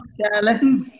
challenge